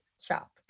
shop